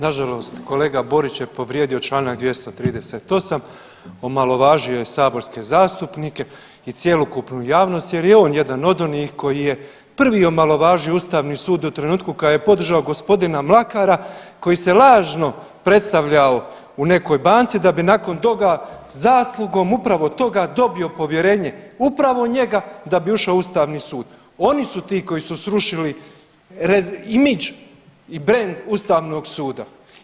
Nažalost kolega Borić je povrijedio čl. 238. omalovažio je saborske zastupnike i cjelokupnu javnost jer je on jedan od onih koji je prvi omalovažio ustavni sud u trenutku kada je podržao g. Mlakara koji se lažno predstavljao u nekoj banci da bi nakon toga zaslugom upravo toga dobio povjerenje upravo njega da bi ušao u ustavni sud, oni su ti koji su srušili imidž i brend ustavnog suda.